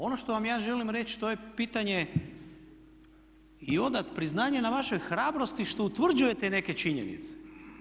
Ono što vam ja želim reći to je pitanje i odati priznanje na vašoj hrabrosti što utvrđujete neke činjenice.